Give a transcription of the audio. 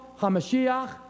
HaMashiach